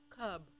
Cub